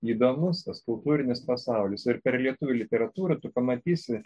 įdomus tas kultūrinis pasaulis ir per lietuvių literatūrą tu pamatysi